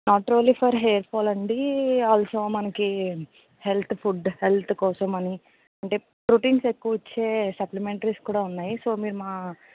not only for hair fall అండి also మనకు health food health కోసం అని అంటే ప్రోటీన్స్ ఎక్కువ ఇచ్చే సప్లిమెంటరీస్ ప్ కూడా ఉన్నాయి సో మీరు మా